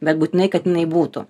bet būtinai kad jinai būtų